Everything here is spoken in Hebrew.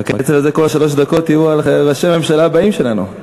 בקצב הזה כל שלוש הדקות יהיו על ראשי הממשלה הבאים שלנו.